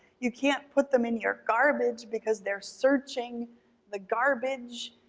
you can't put them in your garbage because they're searching the garbage.